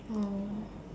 oh